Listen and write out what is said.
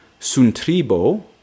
suntribo